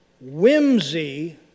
Whimsy